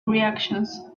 reactions